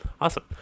awesome